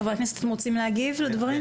חבר הכנסת סימון דוידסון, בבקשה.